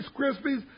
Krispies